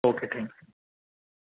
okay thank you